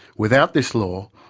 without this law,